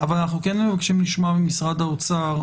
אבל אנחנו כן מבקשים לשמוע ממשרד האוצר,